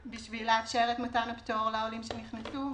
כדי לאפשר את מתן הפטור לעולים שנכנסו.